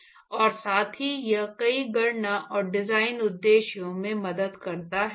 और साथ ही यह कई गणना और डिजाइन उद्देश्यों में मदद करता है